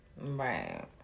Right